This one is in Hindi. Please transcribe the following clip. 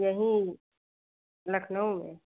यहीं लखनऊ में